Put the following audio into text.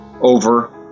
over